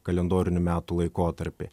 kalendorinių metų laikotarpį